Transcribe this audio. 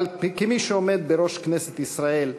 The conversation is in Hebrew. אבל כמי שעומד בראש כנסת ישראל,